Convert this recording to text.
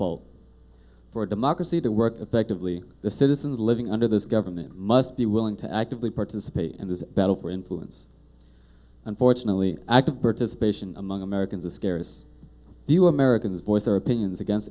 poll for democracy to work effectively the citizens living under this government must be willing to actively participate in this battle for influence unfortunately active participation among americans of scares you americans voice their opinions against